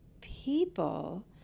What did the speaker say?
people